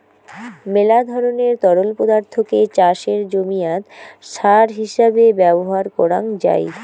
মেলা ধরণের তরল পদার্থকে চাষের জমিয়াত সার হিছাবে ব্যবহার করাং যাই